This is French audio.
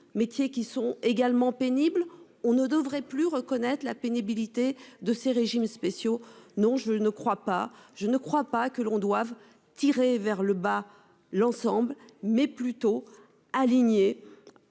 métiers qui sont également pénible on ne devrait plus reconnaître la pénibilité de ces régimes spéciaux. Non je ne crois pas, je ne crois pas que l'on doive tirer vers le bas l'ensemble mais plutôt aligner.